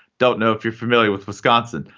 don't know if you're familiar with wisconsin.